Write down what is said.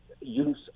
use